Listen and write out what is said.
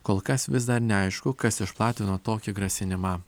kol kas vis dar neaišku kas išplatino tokį grasinimą